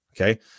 Okay